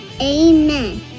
Amen